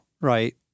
right